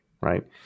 right